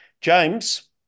James